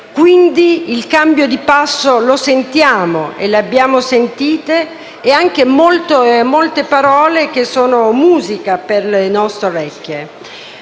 Quindi il cambio di passo lo sentiamo e abbiamo anche sentito molte parole che sono musica per le nostre orecchie.